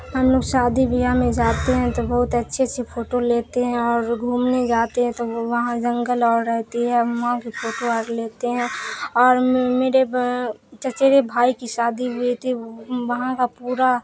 ہم لوگ شادی بیاہ میں جاتے ہیں تو بہت اچھے سے فوٹو لیتے ہیں اور گھومنے جاتے ہیں تو وہاں جنگل اور رہتی ہے وہاں کی فوٹو اور لیتے ہیں اور میرے چچیرے بھائی کی شادی ہوئی تھی وہاں کا پورا